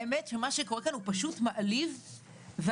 האמת שמה שקורה כאן הוא פשוט מעליב ואפשר